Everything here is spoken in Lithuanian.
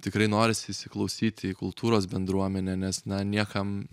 tikrai norisi įsiklausyti į kultūros bendruomenę nes na niekam